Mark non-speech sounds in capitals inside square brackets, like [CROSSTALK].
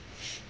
[NOISE]